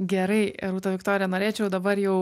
gerai rūta viktorija norėčiau dabar jau